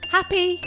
Happy